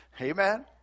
amen